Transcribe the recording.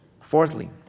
Fourthly